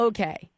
Okay